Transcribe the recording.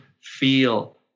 feel